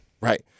Right